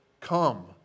Come